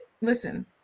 Listen